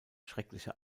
schreckliche